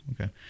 Okay